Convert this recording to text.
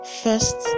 first